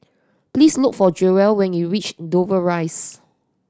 please look for Jewell when you reach Dover Rise